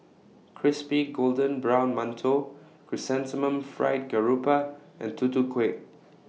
Crispy Golden Brown mantou Chrysanthemum Fried Garoupa and Tutu Kueh